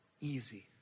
easy